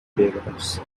pedres